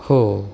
हो